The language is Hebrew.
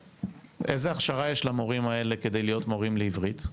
איזו הכשרה יש למורים האלה כדי להיות מורים לעברית,